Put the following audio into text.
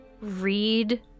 read